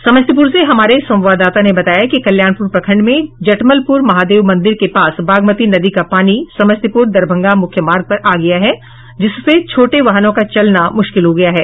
समस्तीपूर से हमारे संवाददाता ने बताया है कि कल्याणपुर प्रखंड में जटमलपुर महादेव मंदिर के पास बागमती नदी का पानी समस्तीपुर दरभंगा मुख्य मार्ग पर आ गया है जिससे छोटे वाहनों का चलना मुश्किल हो गया है